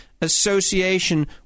association